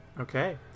Okay